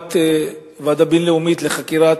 הקמת ועדה בין-לאומית לחקירת,